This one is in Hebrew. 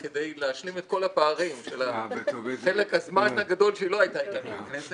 כדי להשלים את כל הפערים של חלק הזמן הגדול שהיא לא הייתה בכנסת.